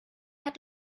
hat